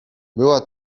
była